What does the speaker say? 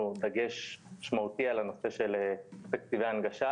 דגש משמעותי על הנושא של תקציבי הנגשה